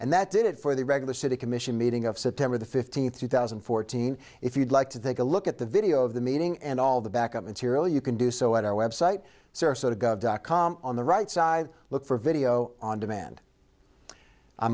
and that did it for the regular city commission meeting of september the fifteenth two thousand and fourteen if you'd like to take a look at the video of the meeting and all the back up material you can do so at our website sarasota go dot com on the right side look for video on demand